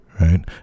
right